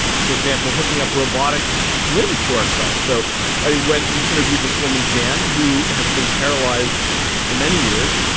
for example, hooking up robotic limbs to ourselves. so i went and interviewed this woman, jan, who has been paralysed for many years,